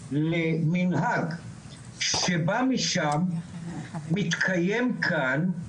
למנהג שבא משם מתקיים כאן,